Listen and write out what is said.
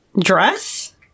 Dress